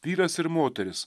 vyras ir moteris